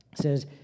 says